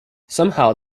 somehow